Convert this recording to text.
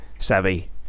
savvy